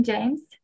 James